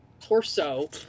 torso